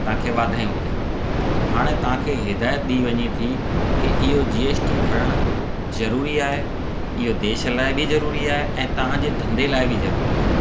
तव्हांखे वाधायूं हुजनि हाणे तव्हांखे हिदाइतु ॾी वञे थी की इहो जी एस टी भरण ज़रूरी आहे इहो देश लाइ बि ज़रूरी आहे ऐं तव्हांजे धंधे लाइ बि ज़रूरी आहे